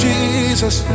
Jesus